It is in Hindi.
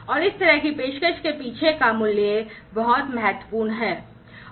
और इस तरह की पेशकश के पीछे का मूल्य बहुत महत्वपूर्ण है